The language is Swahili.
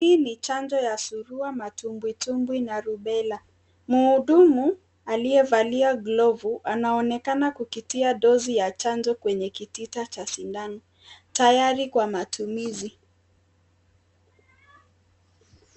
Hii ni chanjo ya surua matumbwitumbwi na rubela. Mhudumu aliyevalia glavu anaonekana kupitia dozi ya chanjo kwenye kitita cha sindano tayari kwa matumizi.